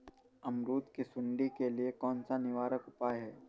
अमरूद की सुंडी के लिए कौन सा निवारक उपाय है?